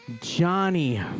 Johnny